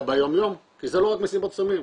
ביום יום כי זה לא רק מסיבות סמים.